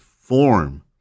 form